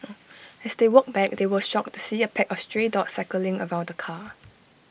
as they walked back they were shocked to see A pack of stray dogs circling around the car